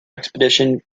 expedition